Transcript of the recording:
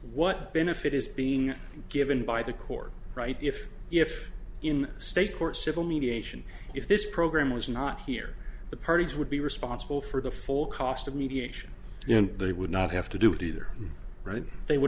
what benefit is being given by the court right if if in state court civil mediation if this program was not here the parties would be responsible for the full cost of mediation and they would not have to do it either right or they would